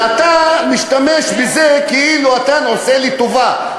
ואתה משתמש בזה כאילו אתה עושה לי טובה.